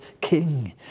king